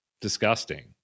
disgusting